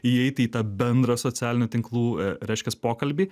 įeiti į tą bendrą socialinių tinklų reiškias pokalbį